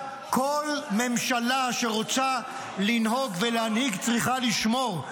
כל ממשלה שרוצה לנהוג ולהנהיג צריכה לשמור.